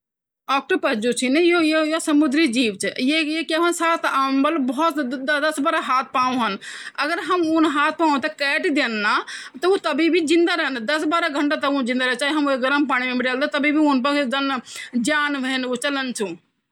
अगर आप अपरा घौर मां पिज्जा या पास्ता छिन बणौंणा, त सबसे पैलि मैं ब्वोललू कि पिज्जा कू ज्वो बेस ह्वंद, स्वो मैदा कू नि ह्वयूं चेंद बिल्कुल भी। घौर मूं बणौंणा छिन त आटो बंणाया स्वो बेस। अर तेमा ज्यादा से ज्यादा सब्जियों कू इस्तेमाल किंया। हरी सब्जि डाला तेमा है ना, थोड़ा मुंगरी डाला। कम चीज़ कम, ज्वो भी चीज यी भेरे चीज ह्वोंदिन तूंकू कम इस्तेमाल कर्यां। तनि अगर पास्ता छिन बणौंणा त मैदा पर ना जा, सूजी पर जयां, आटा पर जयां। स्वो ज्यादा अच्छी चीज ह्वोंदि।